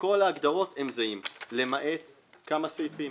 כל ההגדרות זהות למעט כמה סעיפים.